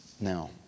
Now